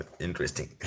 interesting